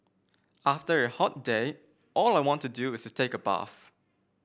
after a hot day all I want to do is take a bath